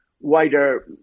wider